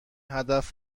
هدف